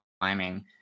climbing